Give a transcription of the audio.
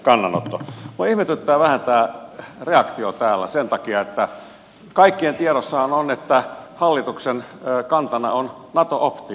minua ihmetyttää vähän tämä reaktio täällä sen takia että kaikkien tiedossahan on että hallituksen kantana on nato optio